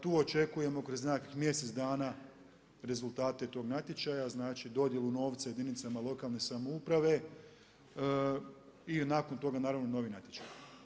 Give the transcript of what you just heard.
Tu očekujemo kroz nekakvih mjesec dana rezultate tog natječaja, znači dodjelu novca jedinicama lokalne samouprave i nakon toga naravno novi natječaj.